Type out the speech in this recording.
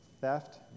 theft